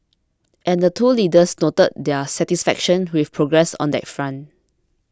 and the two leaders noted their satisfaction with progress on that front